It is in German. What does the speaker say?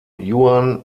yuan